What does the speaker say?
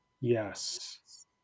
Yes